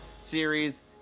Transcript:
series